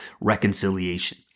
reconciliation